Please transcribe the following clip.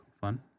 fun